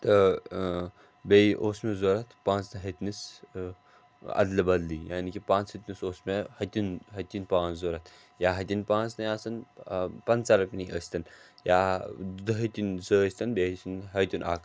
تہٕ بیٚیہِ اوس مےٚ ضروٗرت پانٛژٕ ہََتنِس اَدلہٕ بدلی یعنی کہِ پانٛژھ ہتنِس اوس مےٚ ہتٕنۍ ہتٕنۍ پانٛژھ ضروٗرت یا ہَتِنۍ پانٛژھ نے آسَن پنٛژاہ رۅپینی ٲسۍتَن یا دَہ ہیٚتِنۍ زٕ ٲسۍتَن بیٚیہِ ٲسِن ہتُن اَکھ